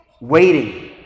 Waiting